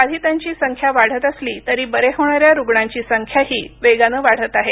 बाधितांची संख्या वाढत असली तरी बरे होणाऱ्या रुग्णांची संख्याही वेगानं वाढत आहे